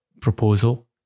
proposal